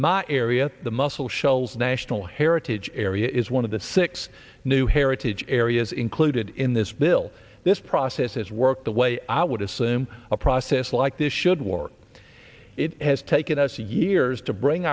my area the muscle shoals national heritage area is one of the six new heritage areas included in this bill this process has worked the way i would assume a process like this should work it has taken us two years to bring